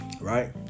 right